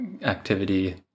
activity